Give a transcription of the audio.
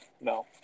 No